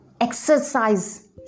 exercise